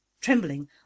Trembling